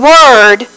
Word